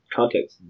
context